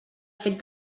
fet